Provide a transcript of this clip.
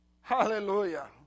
Hallelujah